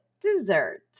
dessert